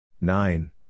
Nine